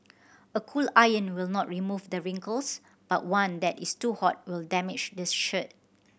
a cool iron will not remove the wrinkles but one that is too hot will damage this shirt